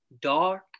dark